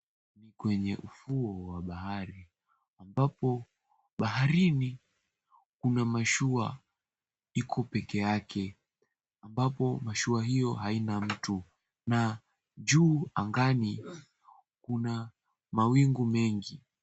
Kwenye ufuo wa bahari ambapo baharini kuna mashua iko peke yake ambapo mashua hiyo haina mtu na juu angani kuna mawingu mengi.